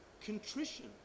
contrition